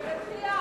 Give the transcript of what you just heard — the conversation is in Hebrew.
דרך אגב,